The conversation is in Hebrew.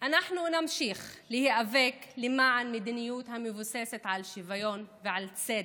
אנחנו נמשיך להיאבק למען מדיניות המבוססת על שוויון ועל צדק,